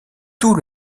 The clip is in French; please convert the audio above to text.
tout